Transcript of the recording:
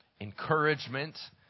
encouragement